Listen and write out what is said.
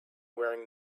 wearing